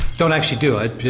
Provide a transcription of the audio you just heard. don't actually do it,